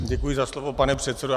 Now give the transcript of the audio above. Děkuji za slovo, pane předsedo.